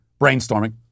brainstorming